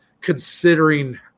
considering